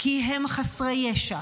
כי הם חסרי ישע,